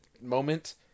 moment